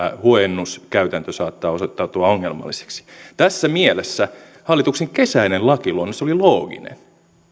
huojennuskäytäntö saattaa osoittautua ongelmalliseksi tässä mielessä hallituksen kesäinen lakiluonnos oli looginen